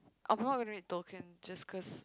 I'm not gona read token just cause